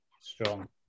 strong